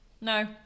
no